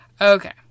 Okay